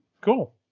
Cool